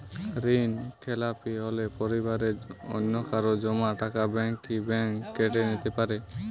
ঋণখেলাপি হলে পরিবারের অন্যকারো জমা টাকা ব্যাঙ্ক কি ব্যাঙ্ক কেটে নিতে পারে?